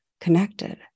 connected